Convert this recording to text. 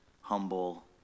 humble